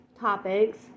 topics